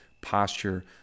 posture